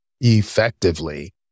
effectively